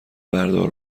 بردار